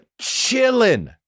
chilling